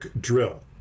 drill